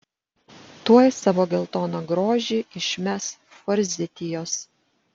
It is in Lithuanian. tuoj savo geltoną grožį išmes forzitijos